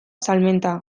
salmenta